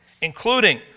including